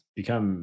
become